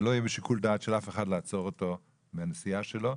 שלא יהיה בשיקול דעת של אף אחד לעצור אותו מהנסיעה שלו.